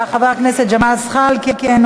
חבר הכנסת ניצן הורוביץ,